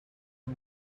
you